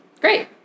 Great